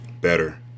Better